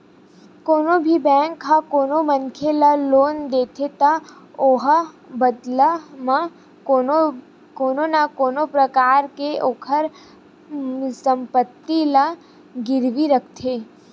कोनो भी बेंक ह कोनो मनखे ल लोन देथे त ओहा बदला म कोनो न कोनो परकार ले ओखर संपत्ति ला गिरवी रखथे